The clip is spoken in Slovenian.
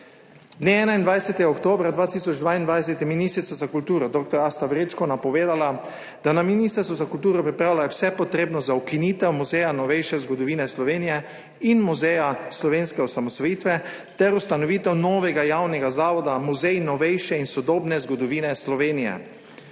Dne 21. oktobra 2022 je ministrica za kulturo dr. Asta Vrečko napovedala, da na Ministrstvu za kulturo pripravljajo vse potrebno za ukinitev Muzeja novejše zgodovine Slovenije in Muzeja slovenske osamosvojitve ter ustanovitev novega javnega zavoda Muzej novejše in sodobne zgodovine Slovenije.